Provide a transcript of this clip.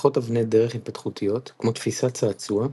מתפתחות אבני-דרך התפתחותיות כמו תפיסת צעצוע,